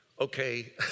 okay